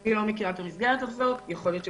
אני לא מכירה את המסגרת הזאת, יכול להיות שפספסתי.